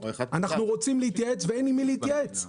אנחנו רוצים להתייעץ ואין עם מי להתייעץ.